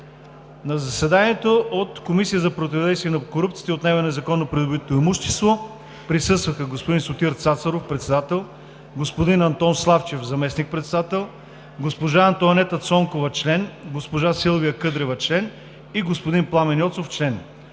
На заседанието от Комисията за противодействие на корупцията и за отнемане на незаконно придобитото имущество присъстваха: господин Сотир Цацаров – председател, господин Антон Славчев – заместник-председател, госпожа Антоанета Цонкова – член, госпожа Силвия Къдрева – член, и господин Пламен Йоцов – член.